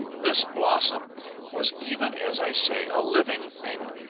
this blossom was even as i say a living thing,